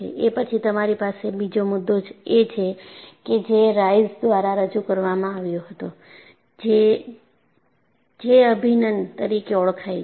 એ પછી તમારી પાસે બીજો મુદ્દો એ છે કે જે રાઈસ દ્વારા રજૂ કરવામાં આવ્યો હતો જે J અભિન્ન તરીકે ઓળખાય છે